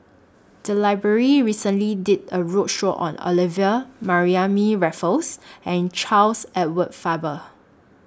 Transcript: The Library recently did A roadshow on Olivia Mariamne Raffles and Charles Edward Faber